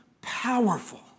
powerful